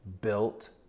built